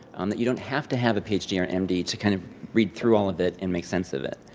um you don't have to have a ph d. or m d. to kind of read through all of it and make sense of it.